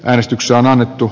äänestyksen alettu